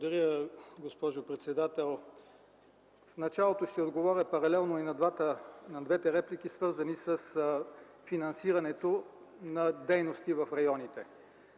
Благодаря, госпожо председател. В началото ще отговоря паралелно и на двете реплики, свързани с финансирането на дейностите в районите.